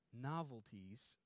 novelties